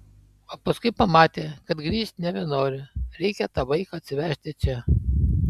o paskui pamatė kad grįžt nebenori reikia tą vaiką atsivežti čia